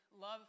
love